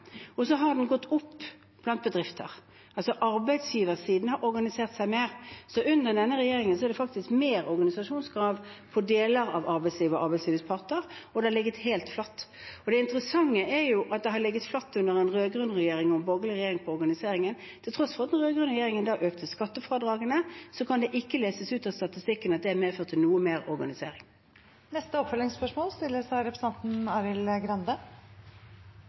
har gått opp blant bedrifter. Arbeidsgiversiden har altså organisert seg mer. Så under denne regjeringen er det faktisk høyere organisasjonsgrad blant deler av arbeidslivet og arbeidslivets parter, og det har ligget helt flatt. Det interessante er at organiseringen har ligget flatt under både den rød-grønne og den borgerlige regjeringen. Til tross for at den rød-grønne regjeringen økte skattefradragene, kan det ikke leses ut av statistikken at det medførte mer organisering. Arild Grande – til oppfølgingsspørsmål.